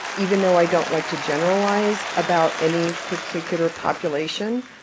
even though i don't like to generalize about any particular population,